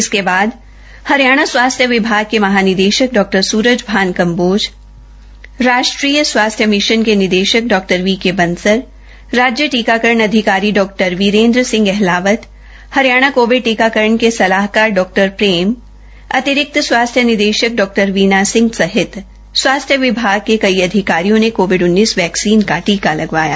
इसके बाद हरियाणा स्वास्थ्य विभाग के महानिदेषक डॉ सूरजभान कम्बोज राष्ट्रीय स्वास्थ्य मिषन के निदेषक डॉ वीके बंसल राज्य टीकाकरण अधिकारी डॉ वीरेन्द्र सिंह अहलावत हरियाणा कोविड टीकाकरण के सलाहकार डॉ प्रेम अतिरिक्त स्वास्थ्य निदेषक डॉ वीणा सिंह सहित स्वास्थ्य विभाग के कई अधिकारियों ने कोविड वैक्सीन का टीका लगवाया